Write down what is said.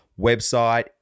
website